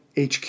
HQ